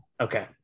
Okay